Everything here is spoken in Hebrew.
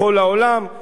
בכל הכבוד,